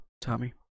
Tommy